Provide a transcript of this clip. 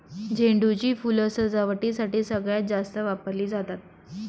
झेंडू ची फुलं सजावटीसाठी सगळ्यात जास्त वापरली जातात